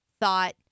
thought